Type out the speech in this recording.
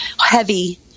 heavy